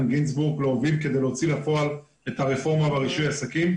גינזבורג להוביל כדי להוציא לפועל את הרפורמה ברישוי עסקים,